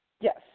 Yes